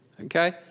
Okay